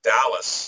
Dallas